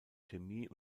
chemie